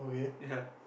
ya